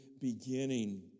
beginning